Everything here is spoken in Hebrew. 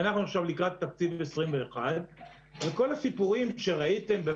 אנחנו עכשיו לקראת תקציב 21'. כל הסיפורים שראיתם,